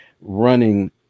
running